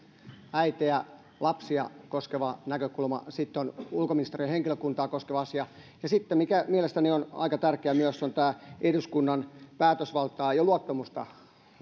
äitejä ja lapsia koskeva näkökulma sitten on ulkoministeriön henkilökuntaa koskeva asia ja sitten mikä mielestäni on aika tärkeä myös on tämä eduskunnan päätösvaltaa ja luottamusta